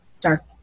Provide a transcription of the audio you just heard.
dark